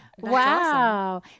wow